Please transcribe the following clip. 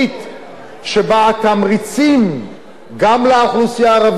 שבה התמריצים גם לאוכלוסייה הערבית וגם